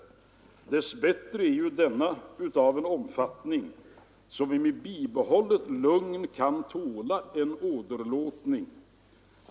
Dess bättre är emellertid den av sådan omfattning att vi med bibehållet lugn kan tåla en åderlåtning.